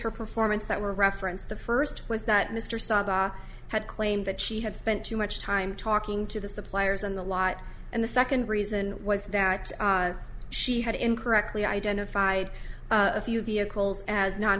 her performance that were referenced the first was that mr saga had claimed that she had spent too much time talking to the suppliers on the lot and the second reason was that she had incorrectly identified a few vehicles as non